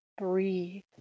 Breathe